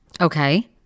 Okay